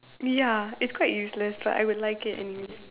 ya it's quite useless but I would like it anyway